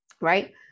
Right